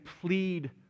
plead